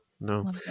No